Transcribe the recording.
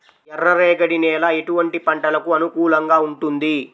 ఎర్ర రేగడి నేల ఎటువంటి పంటలకు అనుకూలంగా ఉంటుంది?